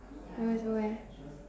that was where